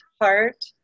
heart